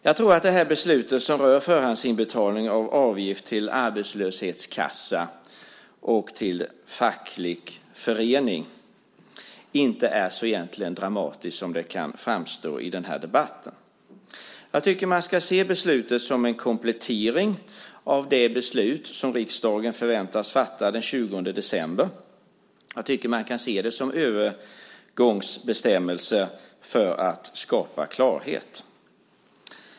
Jag tror att det här beslutet som rör förhandsinbetalning av avgift till arbetslöshetskassa och till facklig förening egentligen inte är så dramatiskt som det kan framstå i debatten. Jag tycker att man ska se beslutet som en komplettering av det beslut som riksdagen förväntas fatta den 20 december. Jag tycker att man kan se det som en övergångsbestämmelse för att skapa klarhet.